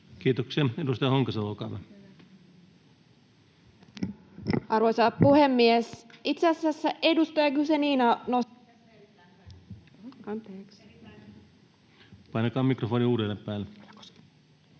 Kiitoksia. — Edustaja Honkasalo, olkaa hyvä. Arvoisa puhemies! Itse asiassa edustaja Guzenina nosti... [Mikrofoni sulkeutuu